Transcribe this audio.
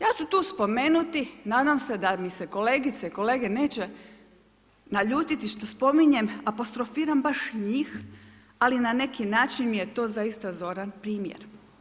Ja ću tu spomenuti, nadam se da mi se kolegice i kolege neće naljuti što spominjem apostrofiram baš njih ali na neki način mi je to zaista zoran primjer.